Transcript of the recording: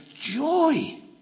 joy